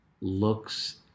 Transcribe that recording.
looks